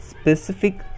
specific